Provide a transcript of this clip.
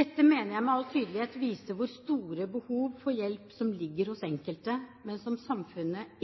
Dette mener jeg med all tydelighet viser hvor store behov for hjelp som ligger hos enkelte, men som samfunnet